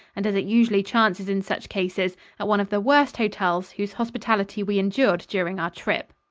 and as it usually chances in such cases, at one of the worst hotels whose hospitality we endured during our trip.